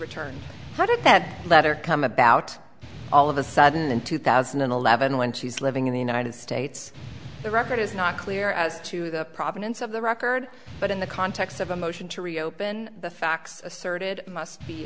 returned how did that letter come about all of a sudden in two thousand and eleven when she was living in the united states the record is not clear as to the provenance of the record but in the context of a motion to reopen the facts asserted must be